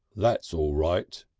that's all right,